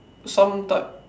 some type